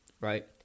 right